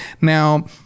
Now